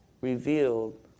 revealed